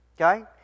Okay